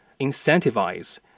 incentivize